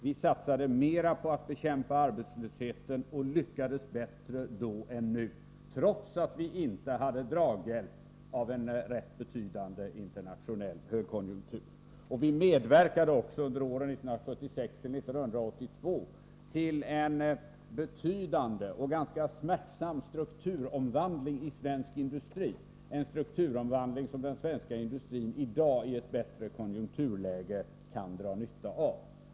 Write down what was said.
Vi satsade mera på att kompletteringsprobekämpa arbetslösheten och lyckades bättre då än nu, trots att vi inte hade positionen draghjälp av en rätt betydande internationell högkonjunktur. Vi medverkade också under åren 1976-1982 till en betydande och ganska smärtsam strukturomvandling i svensk industri, en strukturomvandling som den svenska industrin i dag, i ett bättre konjunkturläge, kan dra nytta av.